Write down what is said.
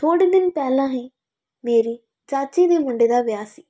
ਥੋੜ੍ਹੇ ਦਿਨ ਪਹਿਲਾਂ ਹੀ ਮੇਰੇ ਚਾਚੇ ਦੇ ਮੁੰਡੇ ਦਾ ਵਿਆਹ ਸੀ